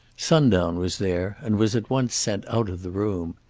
sundown was there, and was at once sent out of the room.